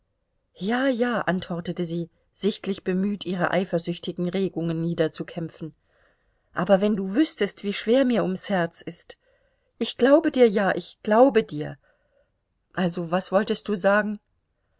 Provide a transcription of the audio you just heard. ja ja antwortete sie sichtlich bemüht ihre eifersüchtigen regungen niederzukämpfen aber wenn du wüßtest wie schwer mir ums herz ist ich glaube dir ja ich glaube dir also was wolltest du sagen